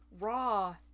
Raw